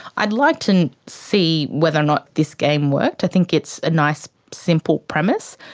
i'd like to see whether or not this game worked. i think it's a nice simple premise.